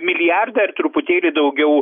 milijardą ar truputėlį daugiau